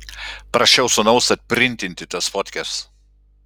prašiau sūnaus atprintinti tas fotkes